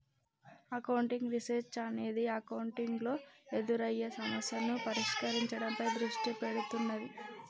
accounting research అనేది accounting లో ఎదురయ్యే సమస్యలను పరిష్కరించడంపై దృష్టి పెడుతున్నాది